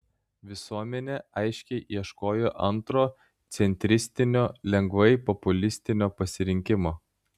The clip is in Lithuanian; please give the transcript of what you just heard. visuomenė aiškiai ieškojo antro centristinio lengvai populistinio pasirinkimo